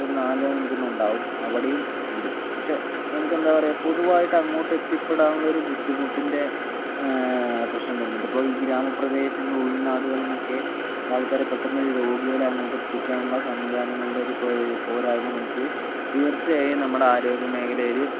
ഒരു നാലഞ്ചെണ്ണം ഉണ്ടാവും അവിടെയും ഉണ്ട് പക്ഷെ നമുക്കെന്താ പറയുക പൊതുവായിട്ട് അങ്ങോട്ടെത്തിപ്പെടാനുള്ളൊരു ബുദ്ധിമുട്ടിൻ്റെ പ്രശ്നം വരുന്നുണ്ട് ഇപ്പോൾ ഈ ഗ്രാമപ്രദേശങ്ങൾ ഉൾനാടുകളിൽ നിന്നൊക്കെ ആൾക്കാരെ പെട്ടന്ന് രോഗികളെ അങ്ങോട്ടെത്തിക്കാനുള്ള സംവിധാനങ്ങളുടെയൊരു പോരായ്മ നമുക്ക് തീർച്ചയായും നമ്മുടെ ആരോഗ്യ മേഖലയിൽ